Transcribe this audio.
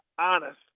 honest